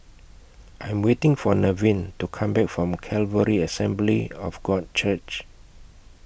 I Am waiting For Nevin to Come Back from Calvary Assembly of God Church